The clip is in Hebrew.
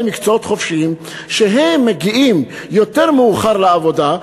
מקצועות חופשיים שמגיעים יותר מאוחר לעבודה.